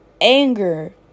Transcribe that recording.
anger